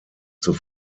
zur